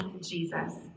Jesus